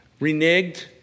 reneged